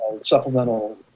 supplemental